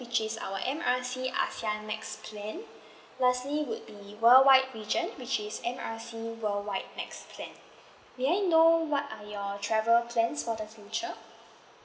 which is our M R C ASEAN max plan lastly would be worldwide region which is M R C worldwide max plan may I know what are your travel plans for the future